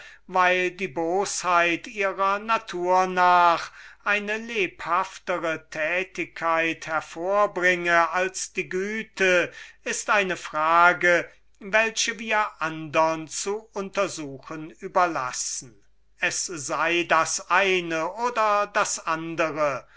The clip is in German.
daß die bosheit ihrer natur nach eine lebhaftere würksamkeit hervorbringt als die güte ist eine frage welche wir andern zu untersuchen überlassen es sei das eine oder das andere